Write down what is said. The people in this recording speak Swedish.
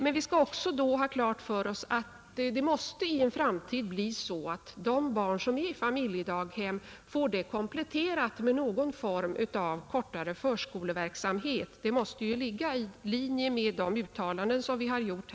Men vi skall då också ha klart för oss att det i en framtid måste bli så, att de barn som är i familjedaghem får detta kompletterat med någon form av kortare förskoleverksamhet — det måste ju ligga i linje med uttalanden som vi tidigare gjort.